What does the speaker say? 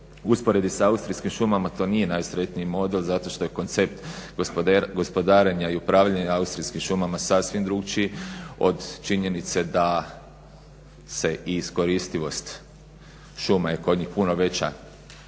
usporedbi sa austrijskim šumama to nije najsretniji model zato što je koncept gospodarenja i upravljanja austrijskim šumama sasvim drukčiji od činjenice da se i iskoristivost šuma je kod njih puno veća